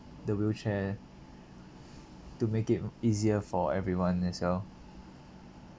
the wheelchair to make it easier for everyone as well